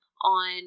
on